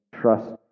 trust